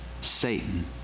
Satan